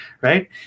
right